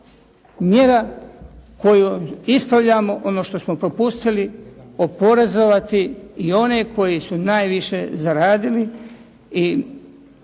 mjera kojom ispravljamo ono što smo propustili oporezovati i one koji su najviše zaradili